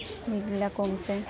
বিষবিলাক কমিছে